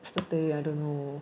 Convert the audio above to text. that's the thing I don't know